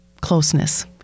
closeness